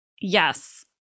Yes